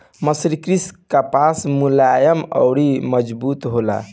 मर्सरीकृत कपास मुलायम अउर मजबूत होला